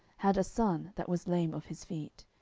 had a son that was lame of his feet.